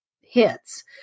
hits